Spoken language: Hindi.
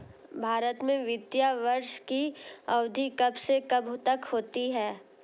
भारत में वित्तीय वर्ष की अवधि कब से कब तक होती है?